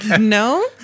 No